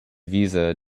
visa